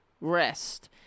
rest